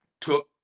took